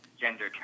gender